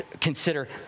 consider